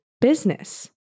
business